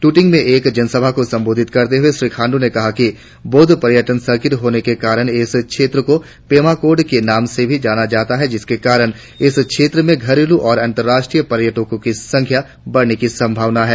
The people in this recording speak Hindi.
तूतिंग में एक जनसभा को संबोधित करते हुए श्री खांडू ने कहा बौद्ध पर्यटन सर्किट होने के कारण इस क्षेत्र को पेमा कोड के नाम से भी जाना जाता है जिसके कारण इस क्षेत्र में घरेलू और अंतर्राष्ट्रीय पर्यटको की संख्या बढ़ने की संभावना है